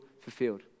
fulfilled